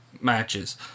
matches